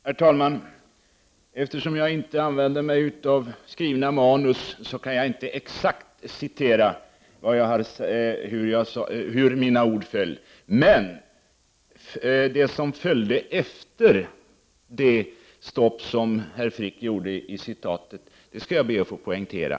Herr talman! Eftersom jag inte använder mig av skrivna manus kan jag inte exakt citera mina ord så som de föll. Men det som följde efter de ord som herr Frick citerade skall jag be att få poängtera.